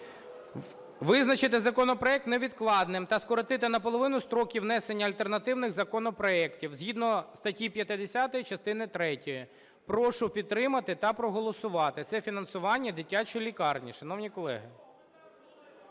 Визначити законопроект невідкладним та скоротити наполовину строки внесення альтернативних законопроектів згідно статті 50 частини третьої. Прошу підтримати та проголосувати. Це фінансування дитячої лікарні,